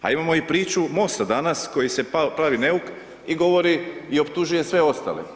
A imamo i priču Mosta danas koji se pravi neuk i govori i optužuje sve ostale.